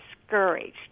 discouraged